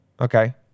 okay